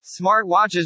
Smartwatches